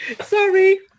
sorry